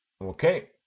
okay